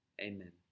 amen